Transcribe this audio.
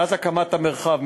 מאז הקמת המרחב,